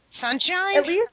Sunshine